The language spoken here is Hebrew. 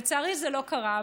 לצערי, זה לא קרה.